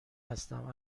هستم